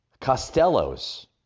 Costello's